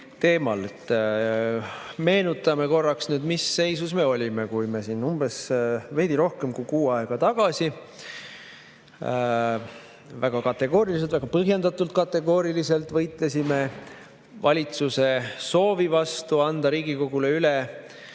teemal. Meenutame korraks, mis seisus me olime, kui me siin umbes veidi rohkem kui kuu aega tagasi väga kategooriliselt, väga põhjendatult kategooriliselt võitlesime valitsuse soovi vastu anda Riigikogule üle